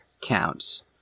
counts